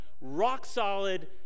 rock-solid